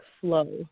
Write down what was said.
slow